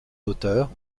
d’auteur